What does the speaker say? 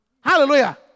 Hallelujah